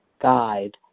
guide